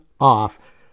off